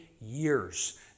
years